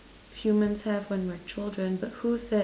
humans have when we're children but who said